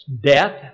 Death